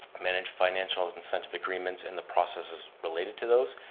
manage financial incentive agreements and the process as related to those,